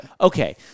okay